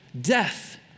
death